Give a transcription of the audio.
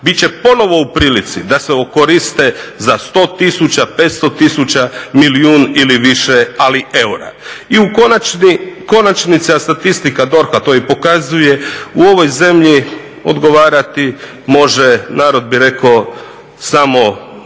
će ponovno u prilici da se okoriste za 100 tisuća, 500 tisuća, milijun ili više ali eura. I u konačnici, a statistika DORH-a to i pokazuje, u ovoj zemlji odgovarati može narod bi rekao samo